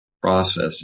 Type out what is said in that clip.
process